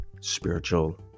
spiritual